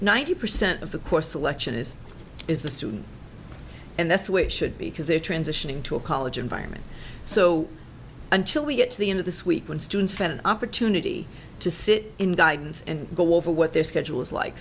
ninety percent of the course selection is is the student and that's which should be because they're transitioning to a college environment so until we get to the end of this week when students had an opportunity to sit in guidance and go over what their schedule is like